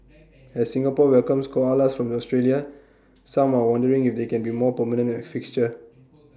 as Singapore welcomes koalas from Australia some are wondering if they can be A more permanent fixture